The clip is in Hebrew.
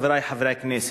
חברי חברי הכנסת,